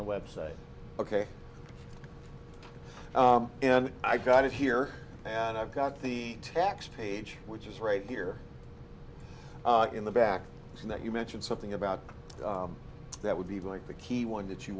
the website ok and i got it here and i've got the tax age which is right here in the back and that you mentioned something about that would be like the key one that you